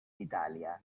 italia